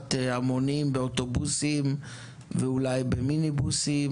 הסעת המונים באוטובוסים ואולי במיניבוסים,